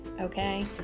okay